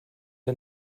der